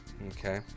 Okay